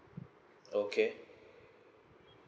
okay